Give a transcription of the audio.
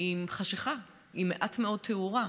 עם חשיכה, עם מעט מאוד תאורה?